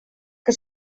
que